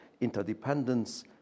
interdependence